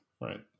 right